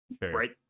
right